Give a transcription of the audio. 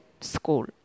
school